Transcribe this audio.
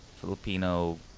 Filipino